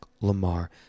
Lamar